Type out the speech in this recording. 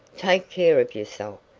take care of yourself,